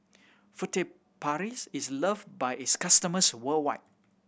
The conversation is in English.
Furtere Paris is loved by its customers worldwide